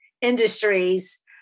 industries